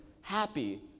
happy